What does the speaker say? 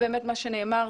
מה שנאמר,